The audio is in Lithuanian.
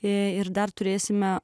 ir dar turėsime